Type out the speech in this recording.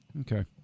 Okay